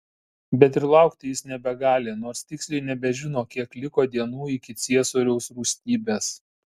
bet ir laukti jis nebegali nors tiksliai nebežino kiek liko dienų iki ciesoriaus rūstybės